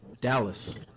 dallas